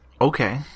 okay